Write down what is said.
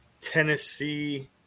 Tennessee